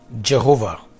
Jehovah